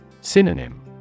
Synonym